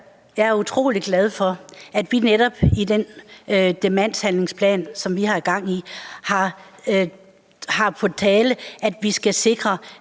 Jeg er utrolig glad for, at det netop i den demenshandlingsplan, som vi har gang i, er på tale, at vi skal sikre,